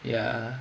ya